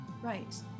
Right